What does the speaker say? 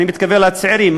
אני מתכוון לצעירים,